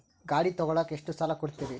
ಗಾಡಿ ತಗೋಳಾಕ್ ಎಷ್ಟ ಸಾಲ ಕೊಡ್ತೇರಿ?